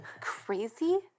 crazy